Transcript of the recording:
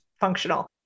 functional